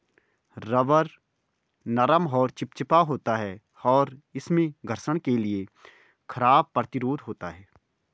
rubber नरम और चिपचिपा होता है, और इसमें घर्षण के लिए खराब प्रतिरोध होता है